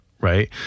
right